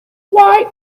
why